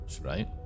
right